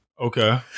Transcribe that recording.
Okay